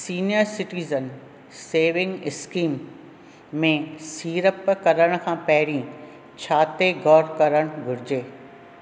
senior citizen savings scheme में सीरप करण खां पहिरियों छा ते ग़ौरु करणु घुरिजे